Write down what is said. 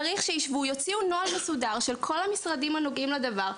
צריך שישבו ויוציאו נוהל מסודר של כל המשרדים הנוגעים בדבר.